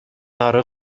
ары